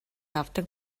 авдаг